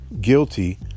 guilty